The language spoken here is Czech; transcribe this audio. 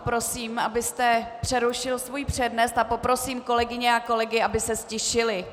Poprosím, abyste přerušil svůj přednes, a poprosím kolegy a kolegyně, aby se ztišili.